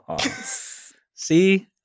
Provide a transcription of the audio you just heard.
see